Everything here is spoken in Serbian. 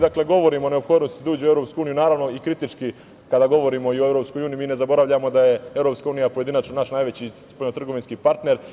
Dakle, mi govorimo o neophodnosti da se uđe u EU, ali naravno i kritički kada govorimo o EU mi ne zaboravljamo da je EU pojedinačno naš najveći spoljno-trgovinski partner.